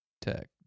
tech